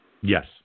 Yes